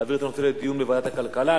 להעביר את הנושא לדיון בוועדת הכלכלה?